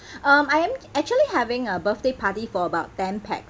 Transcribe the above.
um I am actually having a birthday party for about ten pax